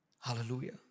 Hallelujah